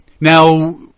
Now